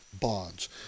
bonds